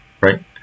right